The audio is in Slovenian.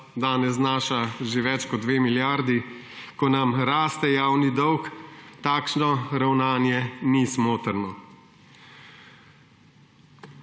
danes znaša že več kot 2 milijardi, ko nam raste javni dolg, takšno ravnanje ni smotrno.